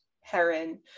Heron